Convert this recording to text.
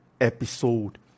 episode